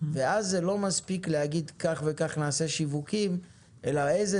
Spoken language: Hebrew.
ואז לא מספיק להגיד נעשה כך וכך שיווקים אלא באיזו